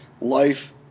life